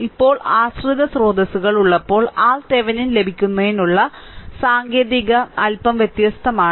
ഇപ്പോൾ ആശ്രിത സ്രോതസ്സുകൾ ഉള്ളപ്പോൾ RThevenin ലഭിക്കുന്നതിനുള്ള സാങ്കേതികത അല്പം വ്യത്യസ്തമാണ്